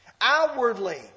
Outwardly